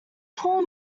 poor